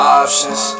options